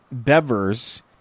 Bevers